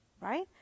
Right